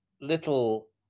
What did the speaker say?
little